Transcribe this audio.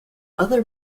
other